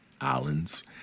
islands